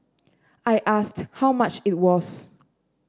I asked how much it was